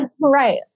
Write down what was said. Right